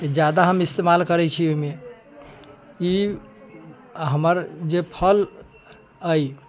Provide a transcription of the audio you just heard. के जादा हम इस्तेमाल करैत छी ओहिमे ई हमर जे फल अछि